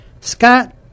Scott